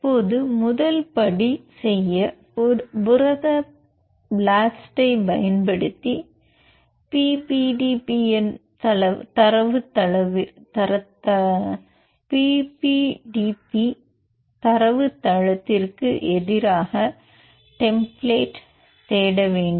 இப்போது முதல் படி செய்ய புரத ப்ளாஸ்ட் பயன்படுத்தி பிபிடிபி தரவுத்தளத்திற்கு எதிராக டெம்பிளேட் தேட வேண்டும்